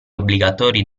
obbligatori